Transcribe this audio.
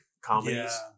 comedies